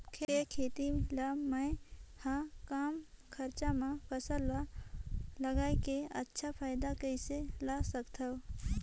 के खेती ला मै ह कम खरचा मा फसल ला लगई के अच्छा फायदा कइसे ला सकथव?